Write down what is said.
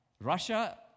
Russia